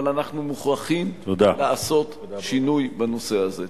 אבל אנחנו מוכרחים לעשות שינוי בנושא הזה.